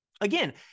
Again